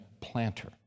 planter